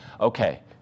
Okay